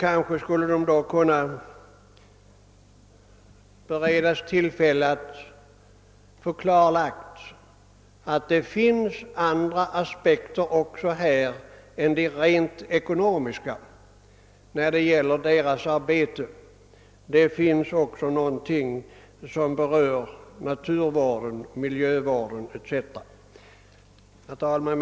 Kanske skulle de då kunna beredas tillfälle att konstatera att det också härvidlag finns andra aspekter än de rent ekonomiska när det gäller deras arbete. Det finns också sådant som berör naturvård, miljövård etc. Herr talman!